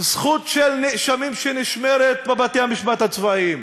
זכות של נאשמים שנשמרת בבתי-המשפט הצבאיים